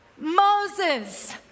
Moses